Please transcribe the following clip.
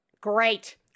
great